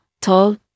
tall